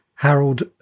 Harold